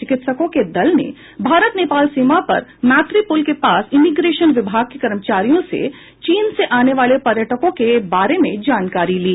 चिकित्सकों के दल ने भारत नेपाल सीमा पर मैत्री पुल के पास इमिग्रेशन विभाग के कर्मचारियों से चीन से आने वाले पर्यटकों के बारे में जानकारी ली